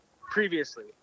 Previously